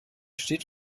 steht